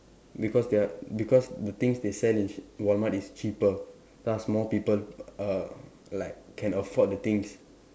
because they are because the things they sell in ch~ Walmart is cheaper thus more people err like can afford the things